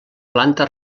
planta